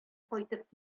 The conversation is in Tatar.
кайтып